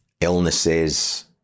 illnesses